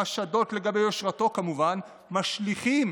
החשדות לגבי יושרו, כמובן, משליכים